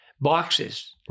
boxes